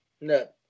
No